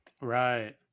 Right